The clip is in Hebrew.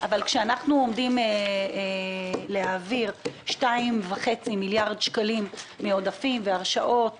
כשאנחנו עומדים להעביר 2.5 מיליארד שקלים מעודפים והרשאות